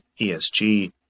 ESG